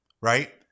right